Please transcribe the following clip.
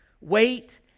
Wait